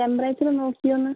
temperature നോക്കിയോ എന്ന്